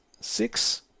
six